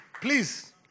Please